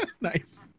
nice